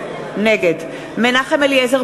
נגד מנחם אליעזר